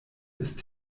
ist